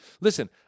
listen